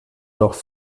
noch